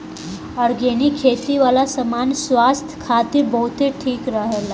organic खेती वाला सामान स्वास्थ्य खातिर बहुते ठीक रहेला